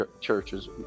churches